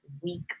week